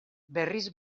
berriz